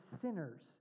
sinners